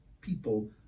people